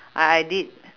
I I did